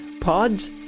pods